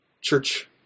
Church